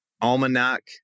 Almanac